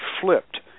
flipped